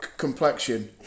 complexion